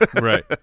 Right